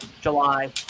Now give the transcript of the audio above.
July